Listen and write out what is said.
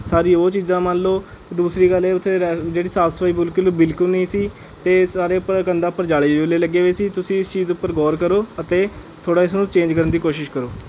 ਸਾਰੀ ਉਹ ਚੀਜ਼ਾਂ ਮੰਨ ਲਓ ਦੂਸਰੀ ਗੱਲ ਇਹ ਉੱਥੇ ਰੈ ਜਿਹੜੀ ਸਾਫ ਸਫਾਈ ਬਿਲਕੁਲ ਬਿਲਕੁਲ ਨਹੀਂ ਸੀ ਅਤੇ ਸਾਰੇ ਉੱਪਰ ਕੰਧਾਂ ਉੱਪਰ ਜਾਲੇ ਜੁਲੇ ਲੱਗੇ ਹੋਏ ਸੀ ਤੁਸੀਂ ਇਸ ਚੀਜ਼ ਦੇ ਉੱਪਰ ਗੌਰ ਕਰੋ ਅਤੇ ਥੋੜ੍ਹਾ ਇਸਨੂੰ ਚੇਂਜ ਕਰਨ ਦੀ ਕੋਸ਼ਿਸ਼ ਕਰੋ